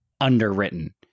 underwritten